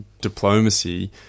diplomacy